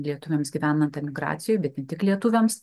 lietuviams gyvenant emigracijoj bet ne tik lietuviams